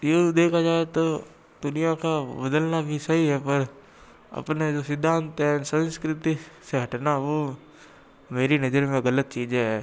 यूँ देखा जाए तो दुनिया का बदलना भी सही है पर अपने जो सिद्धांत हैं संस्कृति से हटना हो मेरी नज़र में गलत चीज़ें हैं